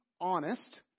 honest